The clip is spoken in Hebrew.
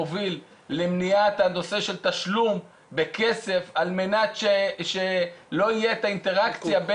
מוביל למניעת הנושא של תשלום בכסף על מנת שלא יהיה את האינטראקציה,